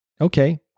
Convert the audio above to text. Okay